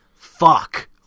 fuck